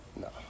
No